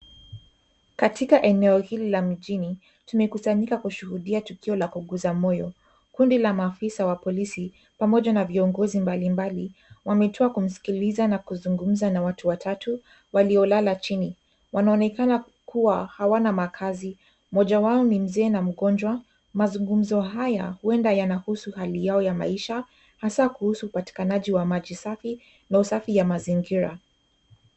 Katika eneo hili la mjini, tumekusanyika kushuhudia tukio la kugusa moyo. Kundi la maafisa wa polisi pamoja na viongozi mbalimbali wametua kumsikiliza na kuzungumza na watu watatu waliolala chini. Wanaonekana kuwa hawana makazi. Mmoja wao ni mzee na mgonjwa. Mazungumzo haya huenda yanahusu hali yao ya maisha hasa kuhusu upatikanaji wa maji safi na usafi ya mazingira.